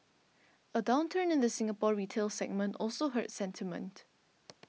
a downturn in the Singapore retail segment also hurt sentiment